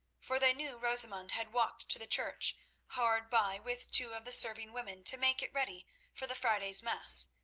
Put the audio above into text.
for they knew rosamund had walked to the church hard by with two of the serving women to make it ready for the friday's mass,